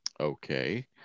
okay